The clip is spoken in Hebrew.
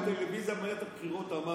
הרי בטלוויזיה במערכת הבחירות הוא אמר